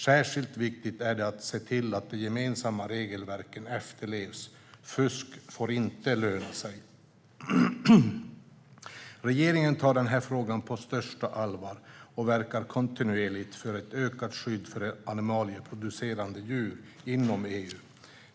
Särskilt viktigt är det att se till att de gemensamma regelverken efterlevs - fusk får inte löna sig! Regeringen tar den här frågan på största allvar och verkar kontinuerligt för ett ökat skydd för animalieproducerande djur inom EU.